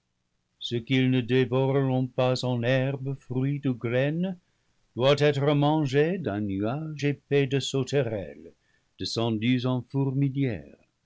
ce qu'ils ne dévoreront pas en herbe fruit ou graine doit être mangé d'un nuage épais de sauterelles descendues en fourmilière